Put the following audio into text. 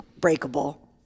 breakable